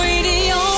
Radio